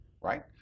right